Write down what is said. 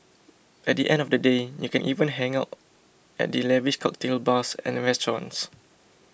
at the end of the day you can even hang out at the lavish cocktail bars and restaurants